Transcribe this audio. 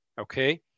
okay